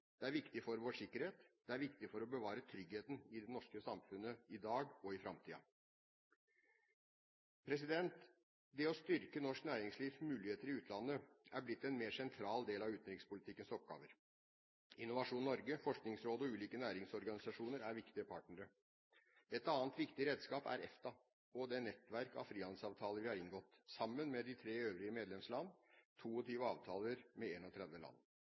Det er viktig for vår sikkerhet. Det er viktig for å bevare tryggheten i det norske samfunnet i dag og i framtiden. Det å styrke norsk næringslivs muligheter i utlandet er blitt en mer sentral del av utenrikspolitikkens oppgaver. Innovasjon Norge, Forskningsrådet og ulike næringsorganisasjoner er viktige partnere. Et annet viktig redskap er EFTA og det nettverk av frihandelsavtaler vi har inngått, sammen med de tre øvrige medlemslandene – 22 avtaler med 31 land.